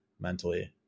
mentally